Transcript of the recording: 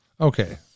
Okay